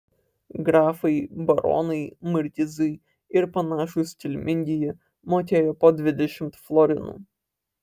grafai baronai markizai ir panašūs kilmingieji mokėjo po dvidešimt florinų